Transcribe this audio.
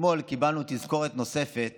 אתמול קיבלנו תזכורת נוספת